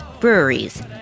breweries